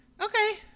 Okay